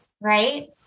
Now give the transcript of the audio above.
Right